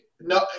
no